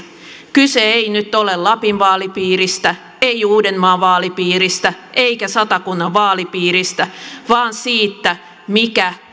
kyse ei nyt ole lapin vaalipiiristä ei uudenmaan vaalipiiristä eikä satakunnan vaalipiiristä vaan siitä mikä